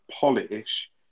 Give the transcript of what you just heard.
polish